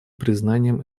признанием